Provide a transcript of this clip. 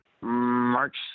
March